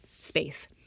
space